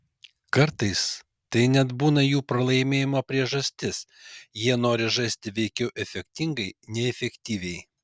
kartais tai net būna jų pralaimėjimo priežastis jie nori žaisti veikiau efektingai nei efektyviai